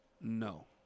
No